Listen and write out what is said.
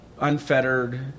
unfettered